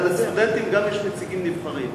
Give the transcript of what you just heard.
לסטודנטים גם יש נציגים נבחרים.